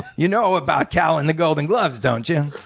you know about cal and the golden gloves, don't you?